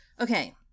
Okay